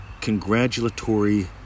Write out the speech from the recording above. Congratulatory